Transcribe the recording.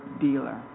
dealer